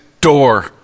door